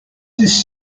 this